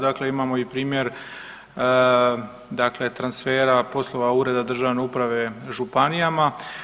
Dakle, imamo i primjer, dakle transfera, poslova Ureda državne uprave županijama.